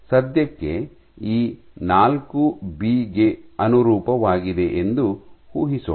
ಸದ್ಯಕ್ಕೆ ಈ ನಾಲ್ಕು ಬಿ ಗೆ ಅನುರೂಪವಾಗಿದೆ ಎಂದು ಊಹಿಸೋಣ